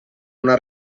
una